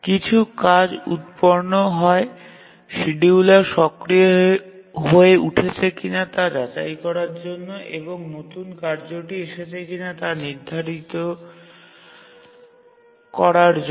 কিছু কাজ উত্পন্ন হয় শিডিউলার সক্রিয় হয়ে উঠেছে কিনা তা যাচাই করার জন্য এবং নতুন কার্যটি এসেছিল কিনা তা নির্ধারিত করার জন্য